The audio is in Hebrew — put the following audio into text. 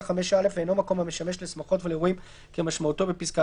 (5א) ואינו מקום המשמש לשמחות ולאירועים כמשמעותו בפסקה